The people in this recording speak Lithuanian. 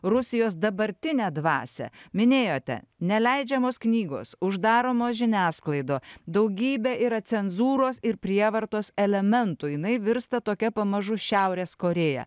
rusijos dabartinę dvasią minėjote neleidžiamos knygos uždaromos žiniasklaida daugybė yra cenzūros ir prievartos elementų jinai virsta tokia pamažu šiaurės korėja